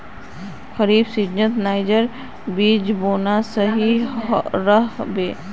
खरीफ सीजनत नाइजर बीज बोना सही रह बे